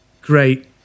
great